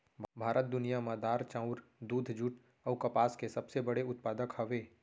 भारत दुनिया मा दार, चाउर, दूध, जुट अऊ कपास के सबसे बड़े उत्पादक हवे